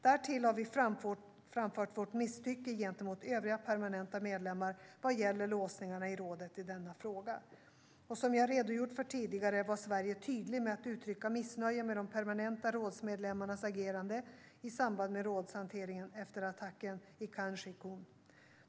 Därtill har vi framfört vårt misstycke till övriga permanenta medlemmar vad gäller låsningarna i rådet i denna fråga. Som jag har redogjort för tidigare var Sverige tydligt med att uttrycka missnöje med de permanenta rådsmedlemmarnas agerande i samband med rådshanteringen efter attacken i Khan Shaykhun.